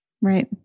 Right